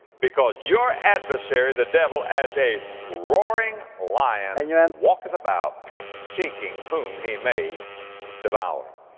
because your adversary the devil, as a roaring lion, walketh about, seeking whom he may devour.